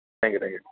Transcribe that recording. thank you thank you